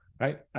right